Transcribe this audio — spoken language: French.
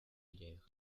guerre